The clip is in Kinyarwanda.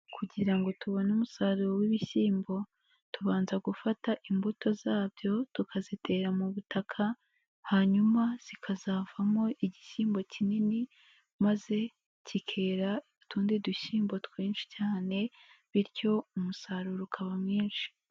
Kugira ngo tubone umusaruro w'ibishyimbo, tubanza gufata imbuto zabyo tukazitera mu butaka, hanyuma zikazavamo igishyimbo kinini maze cyikera utundi dushyimbo twinshi cyane ,bityo umusaruro ukaba mwinshi.